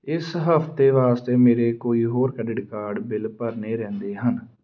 ਇਸ ਹਫ਼ਤੇ ਵਾਸਤੇ ਮੇਰੇ ਕੋਈ ਹੋਰ ਕ੍ਰੈਡਿਟ ਕਾਰਡ ਬਿਲ ਭਰਨੇ ਰਹਿੰਦੇ ਹਨ